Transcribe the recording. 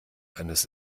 eines